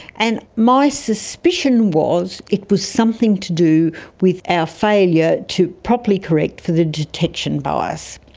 and my suspicion was it was something to do with our failure to properly correct for the detection bias.